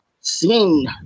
seen